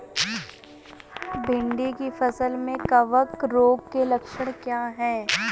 भिंडी की फसल में कवक रोग के लक्षण क्या है?